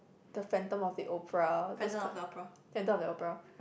the Phantom-of-the-Opera those kind Phantom-of-the-Opera